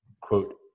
quote